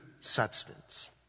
substance